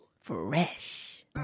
Fresh